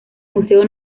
museo